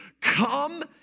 come